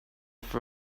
for